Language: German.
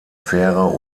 fähre